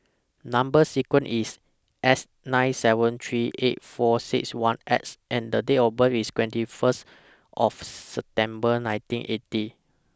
Number sequence IS S nine seven three eight four six one X and The Date of birth IS twenty First of September nineteen eighty